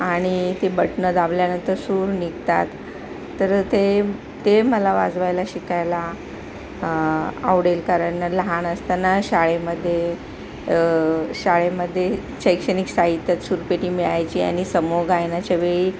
आणि ते बटणं दाबल्यानंतर सूर निघतात तर ते ते मला वाजवायला शिकायला आवडेल कारण लहान असताना शाळेमध्ये शाळेमध्ये शैक्षणिक साहित्यात सुरपेटी मिळायची आणि समुह गायनाच्या वेळी